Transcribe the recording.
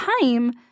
time